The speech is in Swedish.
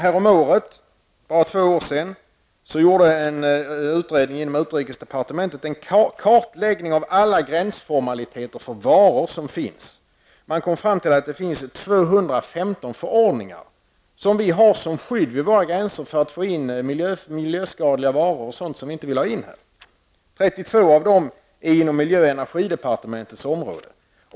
För bara två år sedan gjorde en utredning inom utrikesdepartementet en kartläggning av alla gränsformaliteter som finns för varor. Man kom fram till att det finns 215 förordningar, som vi har som skydd vid våra gränser mot att få in miljöskadliga varor och andra som vi inte vill ha in. 32 av dem finns inom miljö och energidepartementets område.